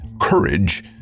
courage